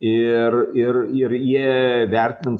ir ir ir jie vertinant